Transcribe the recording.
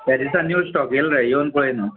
एजिसा new stock येयल्ले रे येवन पळय न्हू